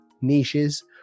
niches